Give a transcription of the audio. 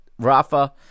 Rafa